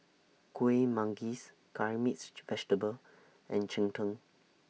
Kueh Manggis Curry Mixed Vegetable and Cheng Tng